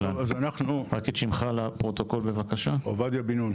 שמי עובדיה בן נון.